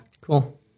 Cool